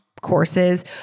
courses